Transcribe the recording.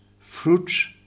fruits